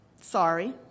Sorry